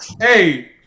Hey